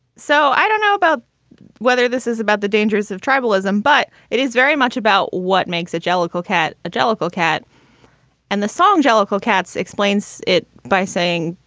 so i don't know about whether this is about the dangers of tribalism, but it is very much about what makes a jellicoe cat, a jellicoe cat and the song jellicoe cats explains it by saying,